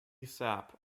sap